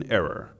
error